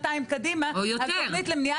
זה עלול להיות ממש